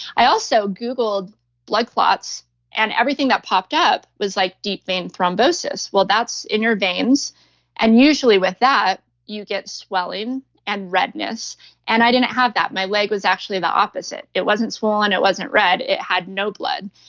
i also googled blood clots and everything that popped up was like deep vein thrombosis. well, that's in your veins and usually with that you get swelling and redness and i didn't have that. my leg was actually the opposite. it wasn't swollen, it wasn't red, it had no blood.